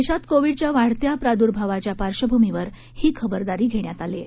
देशात कोविडच्या वाढत्या प्रादुर्भावाच्या पार्श्वभूमीवर ही खबरदारी घेण्यात येत आहे